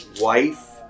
wife